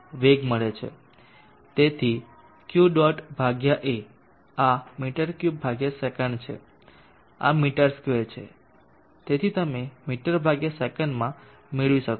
તેથી Q dot ભાગ્યા A આ મી3 સે છે આ મી2 છે તેથી તમે મી સેમાં મેળવી શકશો